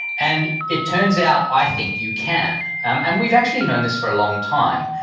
and it turns out, i think you can. um and we've actually known this for a long time.